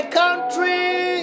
country